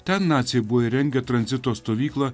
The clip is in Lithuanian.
ten naciai buvo įrengę tranzito stovyklą